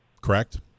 correct